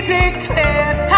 declared